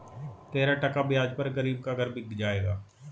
तेरह टका ब्याज पर गरीब का घर बिक जाएगा